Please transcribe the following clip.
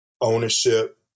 ownership